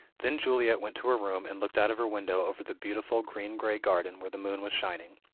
then juliet went to her room, and looked out of her window over the beautiful green-grey garden, where the moon was shining.